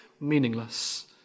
meaningless